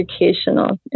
educational